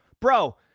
Bro